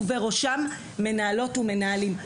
ובראשם מנהלות ומנהלים.